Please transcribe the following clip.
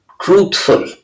truthful